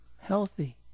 healthy